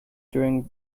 during